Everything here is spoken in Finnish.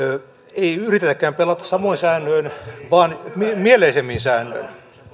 ei yritetäkään pelata samoin säännöin vaan mieleisemmin säännöin